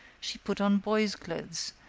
she put on boy's clothes,